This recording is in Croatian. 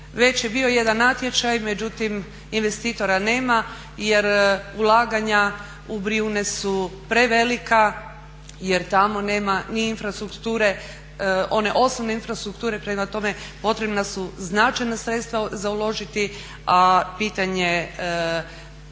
Već je bio jedan natječaj, međutim investitora nema jer ulaganja u Brijune su prevelika jer tamo nema ni infrastrukture, one osnovne infrastrukture. Prema tome, potrebna su značajna sredstva za uložiti, a pitanje